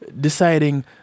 deciding